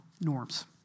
norms